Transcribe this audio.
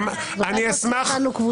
שאלתי.